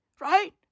Right